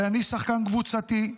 ואני שחקן קבוצתי.